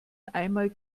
einmal